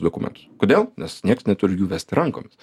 dokumentus kodėl nes nieks neturi jų vesti rankomis